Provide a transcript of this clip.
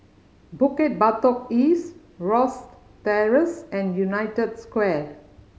Bukit Batok East Rosyth Terrace and United Square